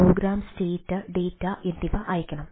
programme state data എന്നിവ അയയ്ക്കണം